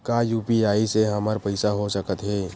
का यू.पी.आई से हमर पईसा हो सकत हे?